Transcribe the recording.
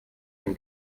dem